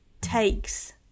takes